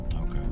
Okay